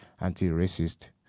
anti-racist